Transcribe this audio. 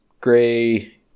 gray